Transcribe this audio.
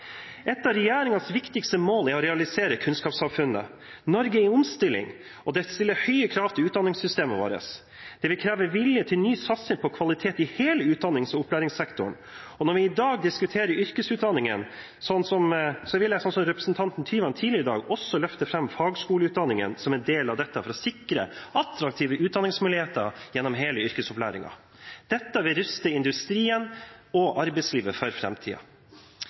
Et av regjeringens viktigste mål er å realisere kunnskapssamfunnet. Norge er i omstilling, og det stiller høye krav til utdanningssystemet vårt. Det vil kreve vilje til ny satsing på kvalitet i hele utdannings- og opplæringssektoren. Når vi i dag diskuterer yrkesutdanningen, vil jeg, som representanten Tyvand tidligere i dag, også løfte fram fagskoleutdanningen som en del av dette for å sikre attraktive utdanningsmuligheter gjennom hele yrkesopplæringen. Dette vil ruste industrien og arbeidslivet for